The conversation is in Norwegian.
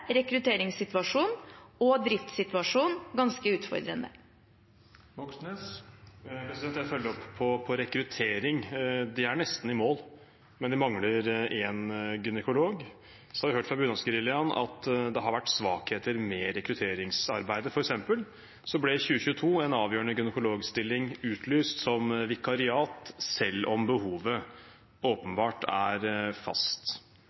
og driftssituasjonen ganske utfordrende. Jeg vil følge opp på rekruttering. De er nesten i mål, men de mangler én gynekolog. Vi har hørt fra Bunadsgeriljaen at det har vært svakheter med rekrutteringsarbeidet. For eksempel ble en avgjørende gynekologstilling i 2022 utlyst som vikariat selv om behovet åpenbart er fast.